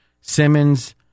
Simmons